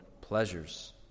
pleasures